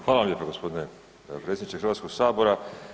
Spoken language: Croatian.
Hvala lijepo gospodine predsjedniče Hrvatskoga sabora.